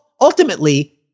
ultimately